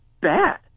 bad